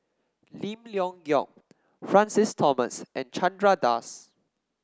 Lim Leong Geok Francis Thomas and Chandra Das